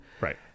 Right